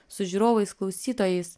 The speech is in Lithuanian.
su žiūrovais klausytojais